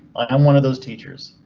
i am one of those teachers.